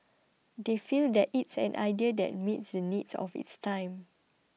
they feel that it's an idea that meets the needs of its time